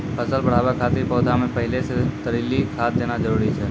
फसल बढ़ाबै खातिर पौधा मे पहिले से तरली खाद देना जरूरी छै?